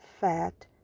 fat